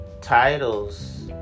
Titles